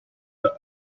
the